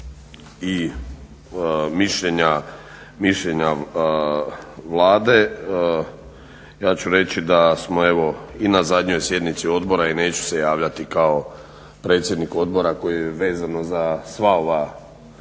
i mišljenja Vlade ja ću reći da smo evo i na zadnjoj sjednici odbora i neću se javljati kao predsjednik odbora koji je vezano za sva ova